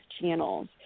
channels